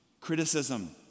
criticism